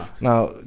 Now